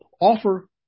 Offer